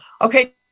Okay